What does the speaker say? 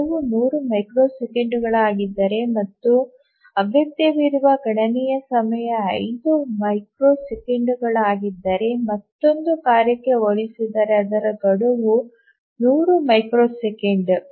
ಗಡುವು 100 ಮೈಕ್ರೊ ಸೆಕೆಂಡುಗಳಾಗಿದ್ದರೆ ಮತ್ತು ಅಗತ್ಯವಿರುವ ಗಣನೆಯ ಸಮಯ 5 ಮೈಕ್ರೊ ಸೆಕೆಂಡುಗಳಾಗಿದ್ದರೆ ಮತ್ತೊಂದು ಕಾರ್ಯಕ್ಕೆ ಹೋಲಿಸಿದರೆ ಅವರ ಗಡುವು 100 ಮೈಕ್ರೊ ಸೆಕೆಂಡ್